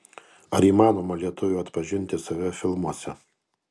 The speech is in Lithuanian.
ar įmanoma lietuviui atpažinti save filmuose